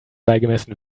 beigemessen